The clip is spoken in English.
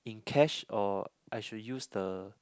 in cash or I should use the